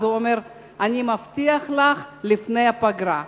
ואז הוא אמר: אני מבטיח לך, לפני הפגרה.